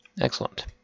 Excellent